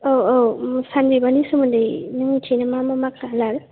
औ औ सान बिबारनि सोमोन्दै नों मिथियो मा मा खालार